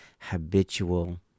habitual